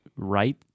right